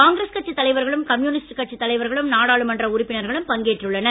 காங்கிரஸ் கட்சி தலைவர்களும் கம்யூனிஸ்ட் கட்சி தலைவர்களும் நாடாளுமன்ற உறுப்பினர்களும் பங்கேற்றுள்ளனர்